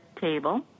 table